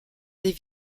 des